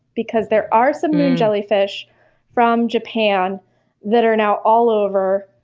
because there are some moon jellyfish from japan that are now all over.